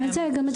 גם את זה בודקים.